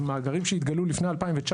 אז מאגרים שהתגלו לפני 2019,